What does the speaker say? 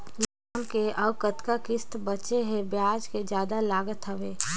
Loan के अउ कतका किस्त बांचें हे? ब्याज जादा लागत हवय,